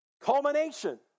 culmination